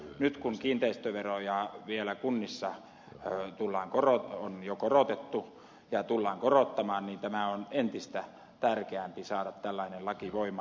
nyt kun kiinteistöveroja kunnissa on jo korotettu ja tullaan korottamaan niin on entistä tärkeämpi saada tällainen laki voimaan